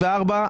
24',